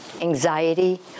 anxiety